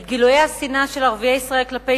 את גילויי השנאה של ערביי ישראל כלפי